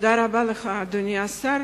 תודה רבה לך, אדוני השר.